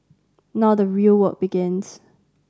now the real work begins